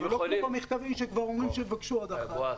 ולא כמו במכתבים שלהם בהם הם כבר אומרים שהם יבקשו עוד אחת.